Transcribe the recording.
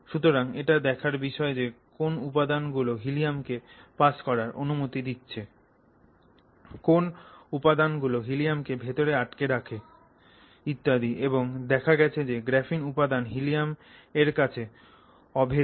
সুতরাং এটা দেখার বিষয় যে কোন উপাদান গুলো হীলিয়াম্ কে পাস করার অনুমতি দিচ্ছে কোন উপাদান গুলো হীলিয়াম্ কে ভেতরে আটকে রাখে ইত্যাদি এবং দেখা গেছে যে গ্রাফিন উপাদান হীলিয়াম্ এর কাছে অভেদ্য